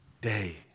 day